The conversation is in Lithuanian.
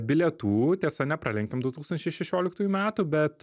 bilietų tiesa nepralenkėm du tūkstančiai šešioliktųjų metų bet